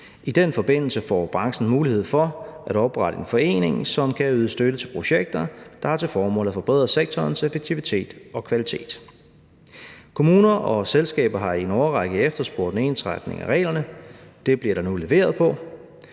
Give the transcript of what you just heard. I den forbindelse får branchen mulighed for at oprette en forening, som kan yde støtte til projekter, der har til formål at forbedre sektorens effektivitet og kvalitet. Kommuner og selskaber har i en årrække efterspurgt en ensretning af reglerne. Det bliver der nu leveret på.